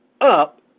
up